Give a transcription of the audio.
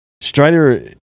strider